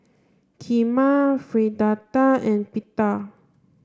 Kheema Fritada and Pita